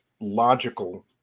logical